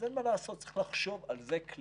אז אין מה לעשות, צריך לחשוב על זה כללית.